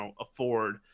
afford